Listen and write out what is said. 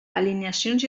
alineacions